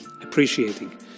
appreciating